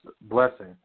blessing